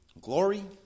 glory